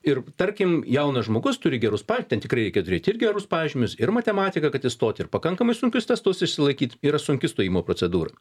ir tarkim jaunas žmogus turi gerus pa ten tikrai reikia turėti ir gerus pažymius ir matematiką kad įstoti ir pakankamai sunkius testus išsilaikyt yra sunki stojimo procedūra